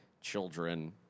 children